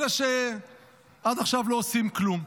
אלה שעד עכשיו לא עושים כלום.